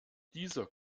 dieser